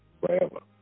forever